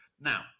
Now